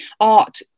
art